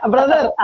Brother